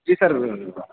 جی سر